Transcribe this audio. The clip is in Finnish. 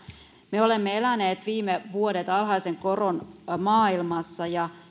me olemme eläneet viime vuodet alhaisen koron maailmassa ja